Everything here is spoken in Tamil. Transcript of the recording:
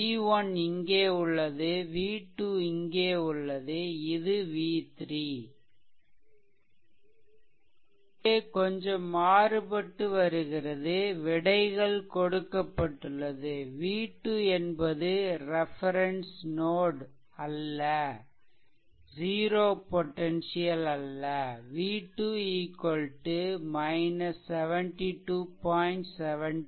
v1 இங்கே உள்ளது v2 இங்கே உள்ளது இது v3 இங்கே கொஞ்சம் மாறுபட்டு வருகிறது விடைகள் கொடுக்கப்பட்டுள்ளது v2 என்பது ரெஃபெரன்ஸ் நோட் அல்ல 0 பொடென்சியல் அல்ல v2 72